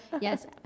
yes